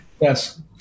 yes